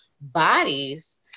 bodies